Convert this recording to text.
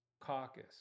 caucus